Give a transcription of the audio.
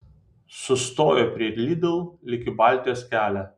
sustojo prie lidl lyg į baltijos kelią